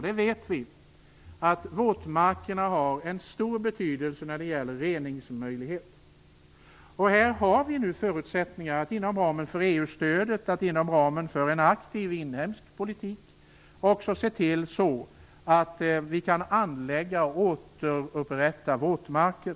Vi vet att våtmarkerna har stor betydelse när det gäller reningsmöjligheter, och här har vi nu förutsättningar att inom ramen för EU-stödet och inom ramen för en aktiv inhemsk politik se till att vi kan anlägga och återupprätta våtmarker.